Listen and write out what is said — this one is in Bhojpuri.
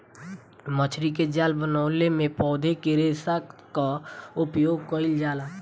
मछरी के जाल बनवले में पौधा के रेशा क उपयोग कईल जाला